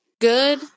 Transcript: Good